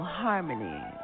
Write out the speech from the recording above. harmony